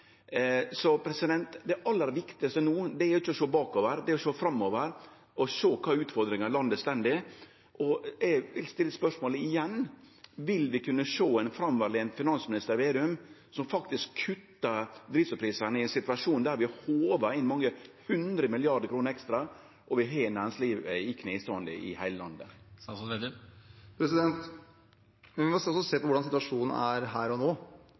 ikkje å sjå bakover; det er å sjå framover og sjå kva utfordringar landet står i. Eg vil stille spørsmålet igjen: Vil vi kunne sjå ein framoverlent finansminister Vedum som faktisk kuttar drivstoffprisane i ein situasjon der vi håvar inn mange hundre milliardar kroner ekstra, og vi har eit næringsliv i kneståande i heile landet? Vi må se på hvordan situasjonen er her og nå. Det er veldig viktig når vi skal gjøre ulike tiltak, at vi ser hvordan situasjonen er her og